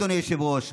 אדוני היושב-ראש,